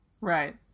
Right